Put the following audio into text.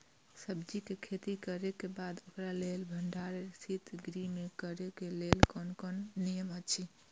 सब्जीके खेती करे के बाद ओकरा लेल भण्डार शित गृह में करे के लेल कोन कोन नियम अछि?